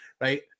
right